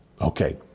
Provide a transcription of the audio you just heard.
Okay